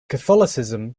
catholicism